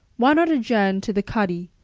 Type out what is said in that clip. why not adjourn to the cuddy,